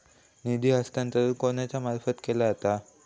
निधी हस्तांतरण कोणाच्या मार्फत केला जाता?